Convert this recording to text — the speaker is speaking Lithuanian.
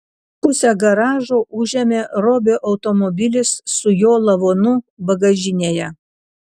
pusę garažo užėmė robio automobilis su jo lavonu bagažinėje